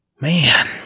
Man